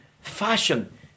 fashion